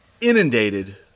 inundated